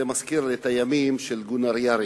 זה מזכיר את הימים של גונאר יארינג,